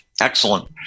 Excellent